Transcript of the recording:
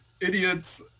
idiots